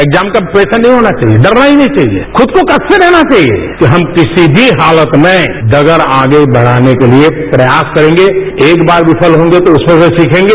exam का pressure नहीं होना चाहिए डरना ही नहीं चाहिए खुद को कसते रहना चाहिए कि हम किसी भी हालत में डगर आगे बढ़ाने के लिए प्रयास करेंगे एक बार विफल होंगे तो उसमें से सीखेंगे